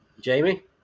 jamie